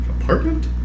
apartment